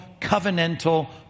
covenantal